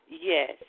yes